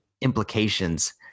implications